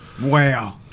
Wow